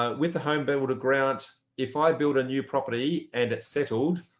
um with a homebuilder grant, if i build a new property, and it's settled,